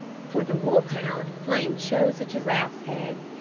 for the wolf hound flame chose a giraffe's head.